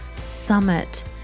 summit